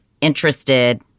interested